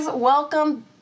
Welcome